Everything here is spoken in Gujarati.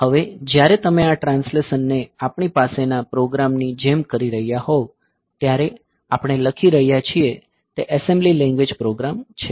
હવે જ્યારે તમે આ ટ્રાન્સલેશનને આપણી પાસેના પ્રોગ્રામની જેમ કરી રહ્યા હોવ ત્યારે આપણે લખી રહ્યા છીએ તે એસેમ્બલી લેંગ્વેજ પ્રોગ્રામ છે